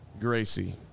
Gracie